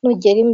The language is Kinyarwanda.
nugera imbere.